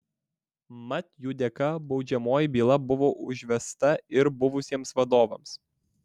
mat jų dėka baudžiamoji byla buvo užvesta ir buvusiems vadovams